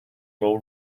will